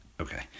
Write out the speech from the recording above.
Okay